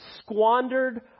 squandered